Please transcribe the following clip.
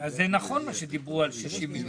אז זה נכון מה שדיברו על 60 מיליון,